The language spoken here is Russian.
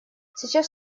сейчас